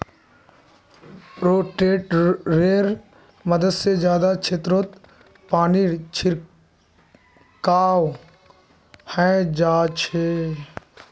रोटेटरैर मदद से जादा क्षेत्रत पानीर छिड़काव हैंय जाच्छे